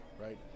right